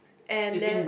and then